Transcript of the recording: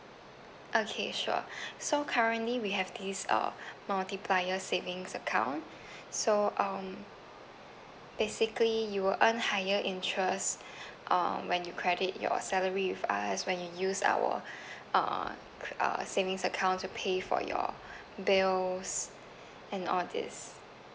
okay sure so currently we have this uh multiplier savings account so um basically you will earn higher interest um when you credit your salary with us when you use our uh c~ uh savings account to pay for your bills and all this